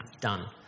done